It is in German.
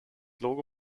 logo